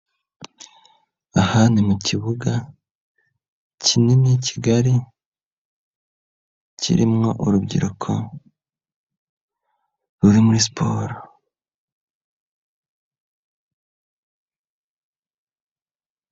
Aha ni mu kibuga kinini kigali kirimwo urubyiruko ruri muri siporo.